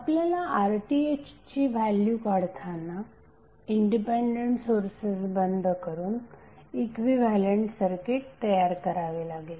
आपल्याला RThची व्हॅल्यू काढताना इंडिपेंडंट सोर्सेस बंद करून इक्विव्हॅलेंट सर्किट तयार करावे लागेल